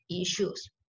issues